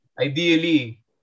Ideally